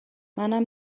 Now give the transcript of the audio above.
منم